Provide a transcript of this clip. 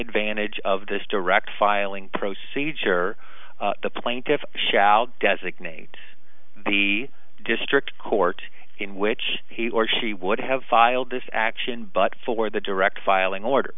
advantage of this direct filing procedure the plaintiffs shall designate the district court in which he or she would have filed this action but for the direct filing order